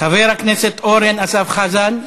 חבר הכנסת אורן אסף חזן,